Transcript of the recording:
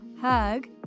hug